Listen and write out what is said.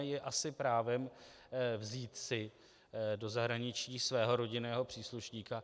Je asi právem vzít si do zahraničí svého rodinného příslušníka.